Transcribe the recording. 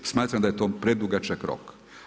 Smatram da je to predugačak rok.